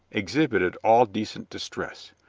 exhibited all decent distress.